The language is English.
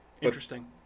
interesting